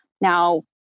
Now